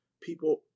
People